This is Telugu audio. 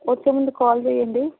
వచ్చే ముందు కాల్ చెయ్యండి